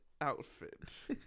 outfit